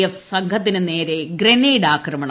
F സംഘത്തിന് നേരെ grenade ആക്രമണം